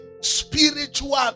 spiritual